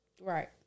right